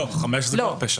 חמש זה כבר פשע.